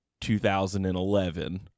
2011